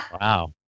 wow